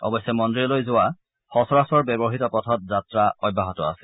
অৱশ্যে মন্দিৰলৈ যোৱা সচৰাচৰ ব্যৱহাত পথত যাত্ৰা অব্যাহত আছে